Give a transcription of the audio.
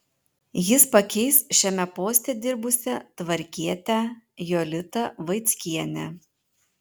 jis pakeis šiame poste dirbusią tvarkietę jolitą vaickienę